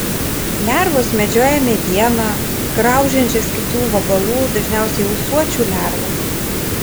lervos medžioja medieną graužiančias kitų vabalų dažniausiai ūsuočių lervas